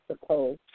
suppose